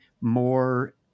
more